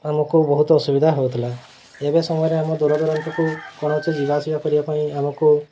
ଆମକୁ ବହୁତ ଅସୁବିଧା ହଉଥିଲା ଏବେ ସମୟରେ ଆମ ଦୂରଦୂରାନ୍ତୁକୁ କୌଣସି ଯିବା ଆସିବା କରିବା ପାଇଁ ଆମକୁ